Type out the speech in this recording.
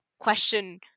Question